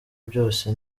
byose